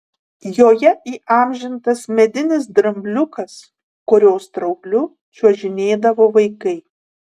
joje įamžintas medinis drambliukas kurio straubliu čiuožinėdavo vaikai